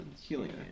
Healing